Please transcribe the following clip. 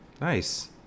nice